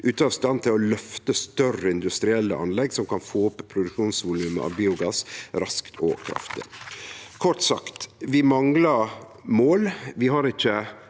til å løfte større industrielle anlegg som kan få opp produksjonsvolumet av biogass raskt og kraftig. Kort sagt: Vi manglar mål.